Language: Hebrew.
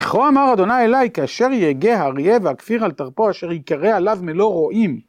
„כִּי כֹה אָמַר יְהוָה אֵלַי כַּאֲשֶׁר יֶהְגֶּה הָאַרְיֵה וְהַכְּפִיר עַל טַרְפּוֹ אֲשֶׁר יִקָּרֵא עָלָיו מְלֹא רֹעִים”